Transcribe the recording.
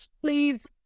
please